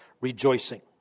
rejoicing